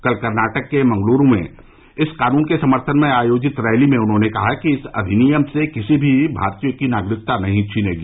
कल कर्नाटक के मंगलुरु में इस कानून के समर्थन में आयोजित रैली में उन्होंने कहा कि इस अधिनियम से किसी भी भारतीय की नागरिकता नहीं छिनेगी